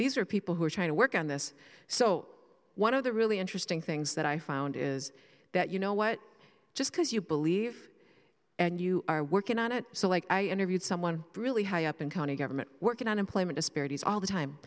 these are people who are trying to work on this so one of the really interesting things that i found is that you know what just because you believe and you are working on it so like i interviewed someone really high up in county government working unemployment asperities all the time